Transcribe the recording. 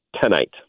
tonight